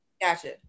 Gotcha